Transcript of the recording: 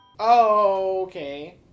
Okay